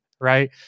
Right